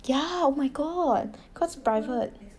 yeah oh my god cause private